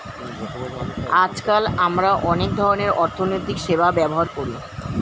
আজকাল আমরা অনেক ধরনের অর্থনৈতিক সেবা ব্যবহার করি